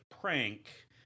prank